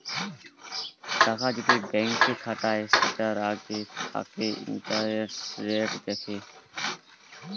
টাকা যদি ব্যাংকে খাটায় সেটার আগে থাকে ইন্টারেস্ট রেট দেখে